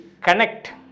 connect